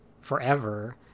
forever